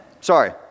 Sorry